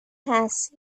has